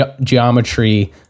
geometry